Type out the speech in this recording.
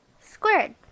squared